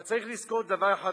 צריך לזכור דבר אחד נוסף,